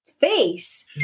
face